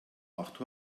acht